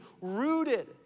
rooted